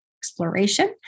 exploration